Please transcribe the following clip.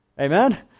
Amen